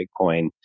Bitcoin